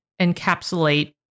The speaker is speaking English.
encapsulate